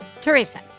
Teresa